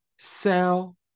sell